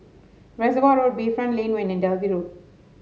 Reservoir Road Bayfront Lane One and Dalvey Road